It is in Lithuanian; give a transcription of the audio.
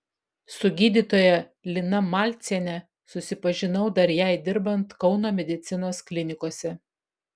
su gydytoja lina malciene susipažinau dar jai dirbant kauno medicinos klinikose